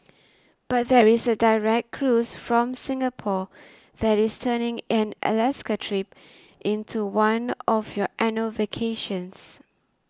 but there is a direct cruise from Singapore that is turning an Alaska trip into one of your annual vacations